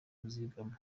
kuzigama